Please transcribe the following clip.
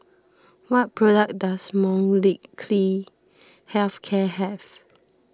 what products does Molnylcke Health Care have